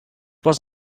was